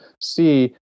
see